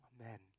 Amen